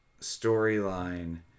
storyline